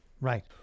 right